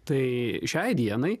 tai šiai dienai